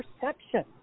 perception